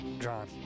John